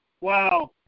Wow